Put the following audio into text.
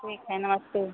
ठीक है नमस्ते